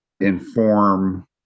inform